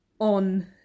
on